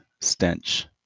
stench